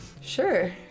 Sure